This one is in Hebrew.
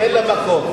אין להן מקום.